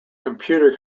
computer